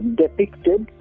depicted